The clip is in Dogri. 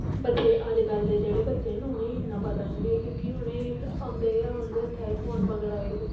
बच्चे अजकल्ल दे जेह्ड़े बच्चे न उ'नें गी इन्ना पता निं ऐ क्योंकि औंदे गै उं'दे हत्थै च फोन पकड़ाई ओड़दे